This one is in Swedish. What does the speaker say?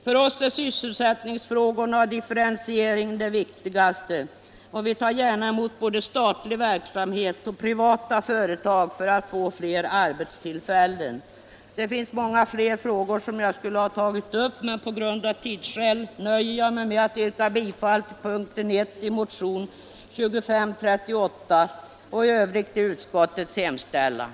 För oss är sysselsättningsfrågorna och differentieringen det viktigaste, och vi tar gärna emot både statlig verksamhet och privata företag för att få Ner arbetstillfällen. Det finns många fer frågor som jag skulle ha tagit upp, men av tidsskäl nöjer jag mig med att yrka bifall till yrkandet I i motionen 2538 och i övrigt till utskottets hemställan.